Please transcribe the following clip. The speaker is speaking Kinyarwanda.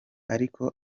ariko